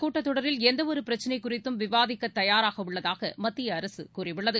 கூட்டத் தொடரில் எந்தவொருபிரச்சினைகுறித்தும் இந்தக் விவாதிக்கதயாராகஉள்ளதாகமத்தியஅரசுகூறியுள்ளது